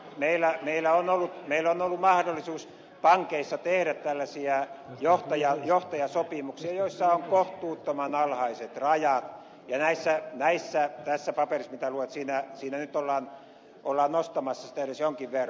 meillä on ollut mahdollisuus pankeissa tehdä tällaisia johtajasopimuksia joissa on kohtuuttoman alhaiset rajat ja tässä paperissa mitä luette siinä nyt ollaan nostamassa sitä edes jonkin verran